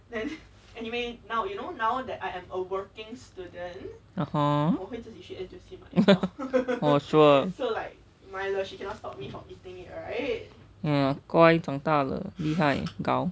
(uh huh) oh sure ya 乖长大了厉害了 gao